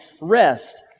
rest